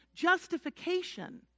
justification